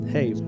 Hey